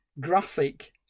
graphic